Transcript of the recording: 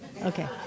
Okay